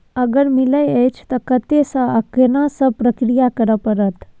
अगर मिलय अछि त कत्ते स आ केना सब प्रक्रिया करय परत?